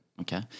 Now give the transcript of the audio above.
Okay